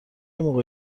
موقع